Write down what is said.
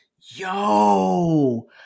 yo